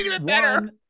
One